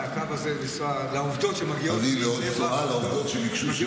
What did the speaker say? על הקו הזה, זה העובדות שמגיעות מבאר שבע, מלוד.